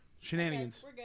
Shenanigans